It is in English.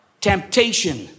temptation